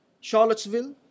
Charlottesville